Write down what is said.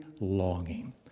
longing